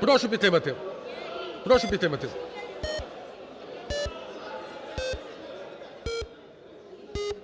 Прошу підтримати,